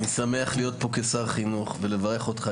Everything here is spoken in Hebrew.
אני שמח להיות פה כשר החינוך ולברך אותך,